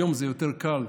היום זה יותר קל,